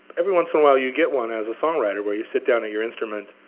every once in awhile, you get one as a songwriter where you sit down at your instrument,